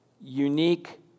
unique